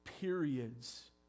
periods